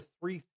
three